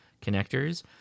connectors